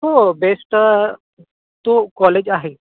हो बेस्ट तो कॉलेज आहे